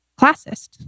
classist